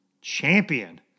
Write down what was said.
Champion